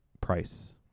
price